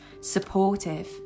supportive